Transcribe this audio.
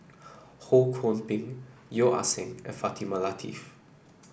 Ho Kwon Ping Yeo Ah Seng and Fatimah Lateef